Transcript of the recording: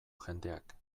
jendeak